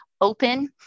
open